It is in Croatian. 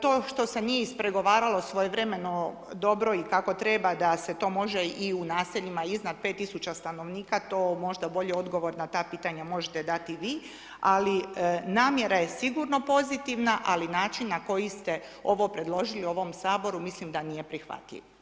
To što se nije ispregovaralo svojevremeno dobro i kako treba da se to može i u naseljima iznad 5000 stanovnika, to možda bolji odgovor na ta pitanja možete dati vi, ali namjera je sigurno pozitivna, ali način na koji ste ovo predložili ovom Saboru mislim da nije prihvatljiv.